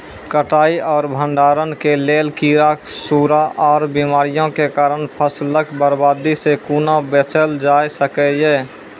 कटाई आर भंडारण के लेल कीड़ा, सूड़ा आर बीमारियों के कारण फसलक बर्बादी सॅ कूना बचेल जाय सकै ये?